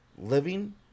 living